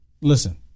Listen